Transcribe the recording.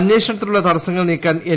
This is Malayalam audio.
അന്വേഷണത്തിലുള്ള തടസ്സങ്ങൾ നീക്കാൻ എൻ